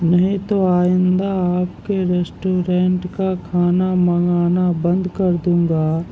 نہیں تو آئندہ آپ کے ریسٹورینٹ کا کھانا منگانا بند کر دوں گا